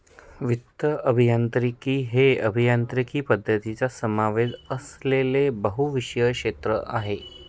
वित्तीय अभियांत्रिकी हे अभियांत्रिकी पद्धतींचा समावेश असलेले बहुविषय क्षेत्र आहे